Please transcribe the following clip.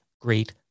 great